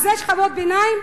אז זה שכבות ביניים?